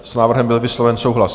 S návrhem byl vysloven souhlas.